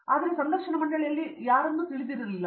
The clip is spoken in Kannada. ಆದರೆ ಸಂದರ್ಶನ ಮಂಡಳಿಯಲ್ಲಿ ಯಾರಲ್ಲಿ ಯಾರನ್ನಾದರೂ ತಿಳಿದಿರಲಿಲ್ಲ